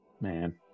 Man